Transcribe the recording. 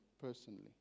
personally